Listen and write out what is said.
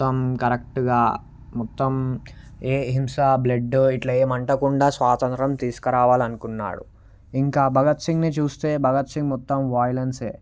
మొత్తం కరెక్ట్గా మొత్తం ఏ హింస బ్లడ్ ఇట్లా ఏమంటకుండా స్వాతంత్రం తీసుకురావాలనుకున్నాడు ఇంకా భగత్ సింగ్ని చూస్తే మొత్తం వాయిలెన్సే